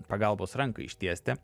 pagalbos ranką ištiesti